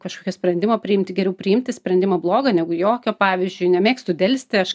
kažkokio sprendimo priimti geriau priimti sprendimą blogą negu jokio pavyzdžiui nemėgstu delsti aš